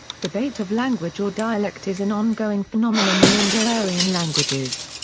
debate of language or dialect is an ongoing phenomenon in indo-aryan languages.